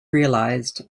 realized